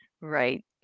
Right